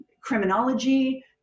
criminology